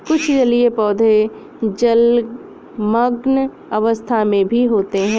कुछ जलीय पौधे जलमग्न अवस्था में भी होते हैं